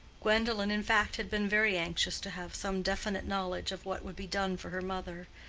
gwendolen in fact had been very anxious to have some definite knowledge of what would be done for her mother,